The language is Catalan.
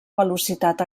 velocitat